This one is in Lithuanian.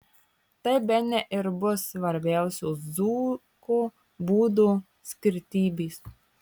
tai bene ir bus svarbiausios dzūko būdo skirtybės